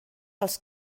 als